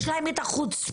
יש להם את החוצפה